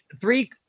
three